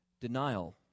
Denial